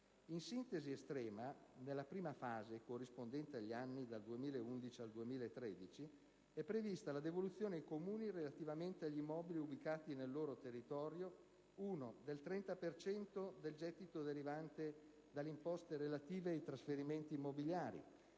In sintesi estrema, nella prima fase, corrispondente agli anni dal 2011 al 2013, è prevista la devoluzione ai Comuni, relativamente agli immobili ubicati nel loro territorio: del 30 per cento del gettito derivante dalle imposte relative ai trasferimenti immobiliari;